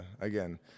again